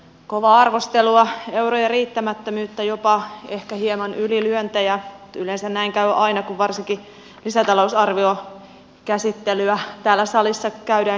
kovaa arvostelua eurojen riittämättömyyttä ehkä jopa hieman ylilyöntejä yleensä näin käy aina kun varsinkin lisätalousarviota täällä salissa käsitellään ja siitä keskustelua käydään